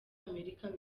amerika